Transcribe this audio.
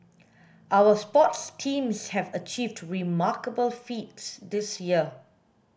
our sports teams have achieved remarkable feats this year